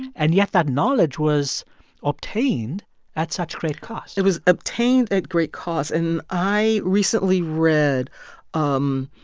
and yet that knowledge was obtained at such great cost it was obtained at great cost. and i recently read um